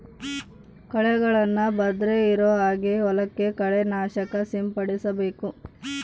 ಕಳೆಗಳನ್ನ ಬರ್ದೆ ಇರೋ ಹಾಗೆ ಹೊಲಕ್ಕೆ ಕಳೆ ನಾಶಕ ಸಿಂಪಡಿಸಬೇಕು